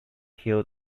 heeled